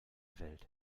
welt